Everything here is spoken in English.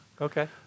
okay